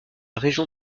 région